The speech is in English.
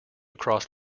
across